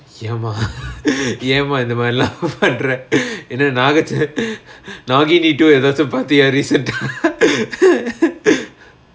ஏமா:yaemaa ஏமா இந்தமாரிலா பண்ற:yaemaa inthamaarilaa pandra என்ன நாகச்ச நாகினி:enna naagacha naagini two எதாச்சும் பாத்தியா:ethachum paathiyaa recent ah